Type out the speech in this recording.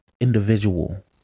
individual